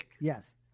Yes